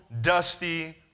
dusty